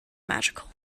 magical